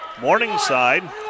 Morningside